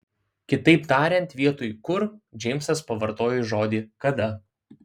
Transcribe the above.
kitaip tariant vietoj kur džeimsas pavartojo žodį kada